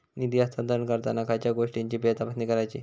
निधी हस्तांतरण करताना खयच्या गोष्टींची फेरतपासणी करायची?